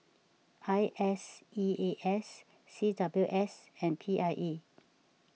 I S E A S C W S and P I E